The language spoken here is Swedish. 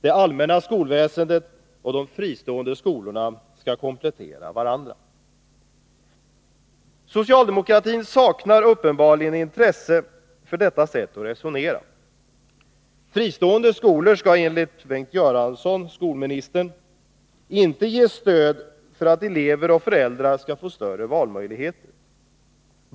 Det allmänna skolväsendet och de fristående skolorna skall komplettera varandra. Socialdemokraterna saknar uppenbarligen intresse för detta sätt att resonera. Fristående skolor skall enligt Bengt Göransson, skolministern, inte ges stöd för att elever och föräldrar skall få större valmöjligheter.